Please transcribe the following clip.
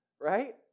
right